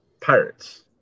Pirates